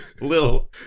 little